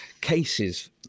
cases